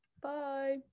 Bye